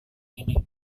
ini